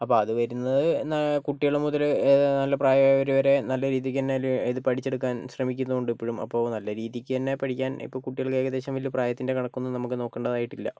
അപ്പം അത് വരുന്നത് കുട്ടികള് മുതലേ നല്ല പ്രയായവര് വരെ നല്ല രീതിക്ക് തന്നെ ഇത് പഠിച്ചെടുക്കാൻ ശ്രമിക്കുന്നുണ്ട് ഇപ്പോഴും അപ്പോൾ നല്ല രീതിക്ക് തന്നെ പഠിക്കാൻ ഇപ്പം കുട്ടികൾക്ക് ഏകദേശം വലിയ പ്രായത്തിൻ്റെ കണക്കൊന്നും നമുക്ക് നോക്കണ്ടതായിട്ടില്ല